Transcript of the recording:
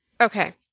Okay